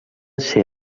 ser